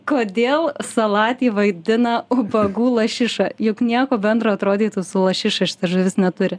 kodėl salatį vaidina vargų lašiša juk nieko bendro atrodytų su lašiša šita žuvis neturi